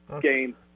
game